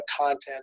content